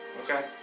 Okay